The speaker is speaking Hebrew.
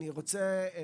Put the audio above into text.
היום,